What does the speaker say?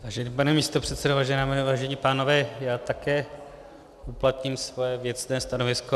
Vážený pane místopředsedo, vážené dámy, vážení pánové, já také uplatním své věcné stanovisko.